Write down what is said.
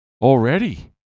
already